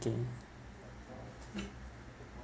okay